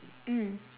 mm